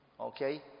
Okay